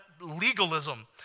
legalism